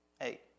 Hey